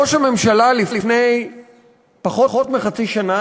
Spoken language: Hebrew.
ראש הממשלה התפאר לפני פחות מחצי שנה